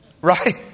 Right